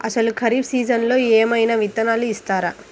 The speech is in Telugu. అసలు ఖరీఫ్ సీజన్లో ఏమయినా విత్తనాలు ఇస్తారా?